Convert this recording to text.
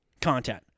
content